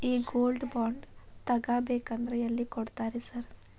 ಈ gold bond ತಗಾಬೇಕಂದ್ರ ಎಲ್ಲಿ ಕೊಡ್ತಾರ ರೇ ಸಾರ್?